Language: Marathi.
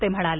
ते म्हणाले